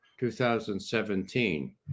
2017